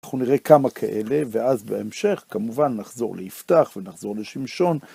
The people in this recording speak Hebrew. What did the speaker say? אנחנו נראה כמה כאלה ואז בהמשך, כמובן, נחזור ליפתח ונחזור לשמשון.